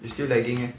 is still lagging